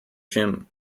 gym